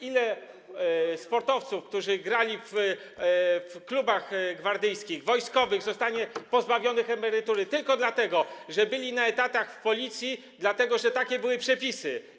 Ilu sportowców, którzy grali w klubach gwardyjskich, wojskowych, zostanie pozbawionych emerytury tylko dlatego, że byli na etatach w Policji, dlatego że takie były przepisy?